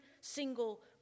single